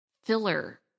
Filler